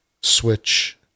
Switch